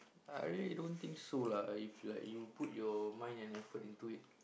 I really don't think so lah if you like you put your mind and effort into it